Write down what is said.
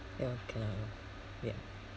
ya okay lor ya